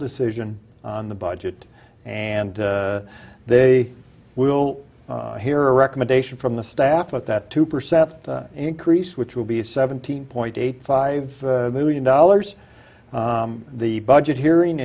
decision on the budget and they will hear a recommendation from the staff about that two percent increase which will be seventeen point eight five million dollars the budget hearing